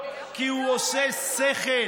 כי הוא עושה שכל,